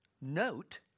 Note